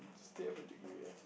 um state of your degree right